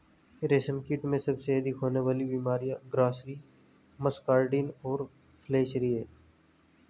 रेशमकीट में सबसे अधिक होने वाली बीमारियां ग्रासरी, मस्कार्डिन और फ्लैचेरी हैं